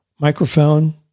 microphone